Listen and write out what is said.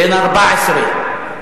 בן 14,